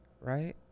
Right